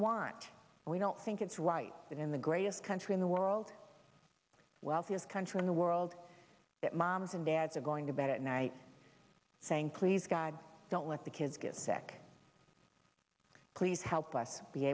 want and we don't think it's right that in the greatest country in the world wealthiest country in the world that moms and dads are going to bed at night saying please god don't let the kids get sick please help us be